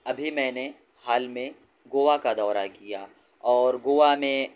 ابھی میں نے حال میں گوا کا دورہ کیا اور گوا میں